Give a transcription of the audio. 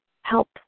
help